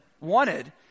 wanted